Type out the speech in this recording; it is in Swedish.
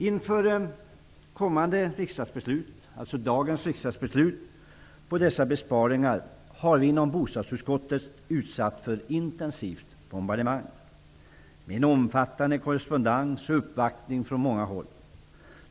Inför kommande riksdagsbeslut -- alltså dagens beslut här i riksdagen -- om dessa besparingar har vi inom bostadsutskottet utsatts för ett intensivt bombardemang bestående av en omfattande korrespondens och uppvaktningar från många håll.